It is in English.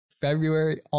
February